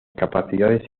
capacidades